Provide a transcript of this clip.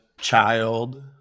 child